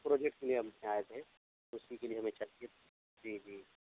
project کے لیے ہم یہاں آئے تھے اسی کے لیے ہمیں چاہیے جی جی